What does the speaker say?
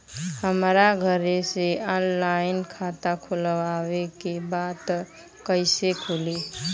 हमरा घरे से ऑनलाइन खाता खोलवावे के बा त कइसे खुली?